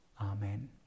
Amen